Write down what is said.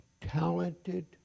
Talented